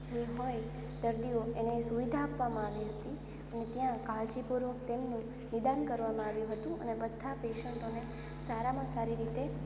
જે હોય દર્દીઓ એને સુવિધા આપવામાં આવી હતી ને ત્યાં કાળજીપૂર્વક તેમને નિદાન કરવામાં આવ્યું હતું ત્યાં બધા પેશન્ટોને સારામાં સારી રીતે